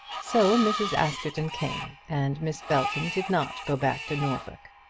so mrs. askerton came, and miss belton did not go back to norfolk.